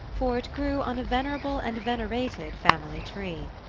for it grew on a venerable and venerated family tree.